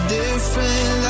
different